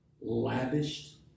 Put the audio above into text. lavished